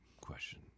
question